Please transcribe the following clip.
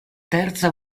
terza